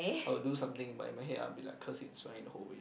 I will do something in my my head are be like curse and swear the whole way